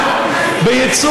הגעתי